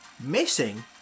Missing